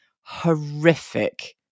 horrific